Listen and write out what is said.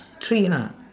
three lah